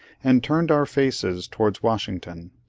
and turned our faces towards washington.